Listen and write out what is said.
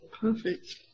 Perfect